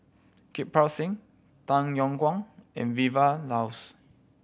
Kirpal Singh Tay Yong Kwang and Vilma Laus